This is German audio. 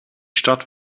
stadt